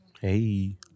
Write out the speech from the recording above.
Hey